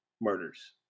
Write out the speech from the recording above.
murders